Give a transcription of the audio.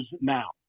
now